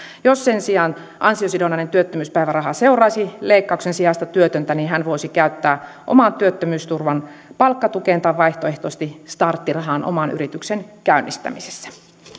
jos sen sijaan ansiosidonnainen työttömyyspäiväraha seuraisi leikkauksen sijasta työtöntä niin hän voisi käyttää oman työttömyysturvan palkkatukeen tai vaihtoehtoisesti starttirahaan oman yrityksen käynnistämisessä